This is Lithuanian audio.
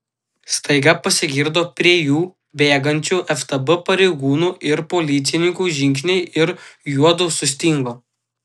staiga pasigirdo prie jų bėgančių ftb pareigūnų ir policininkų žingsniai ir juodu sustingo